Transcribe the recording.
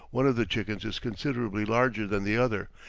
one of the chickens is considerably larger than the other,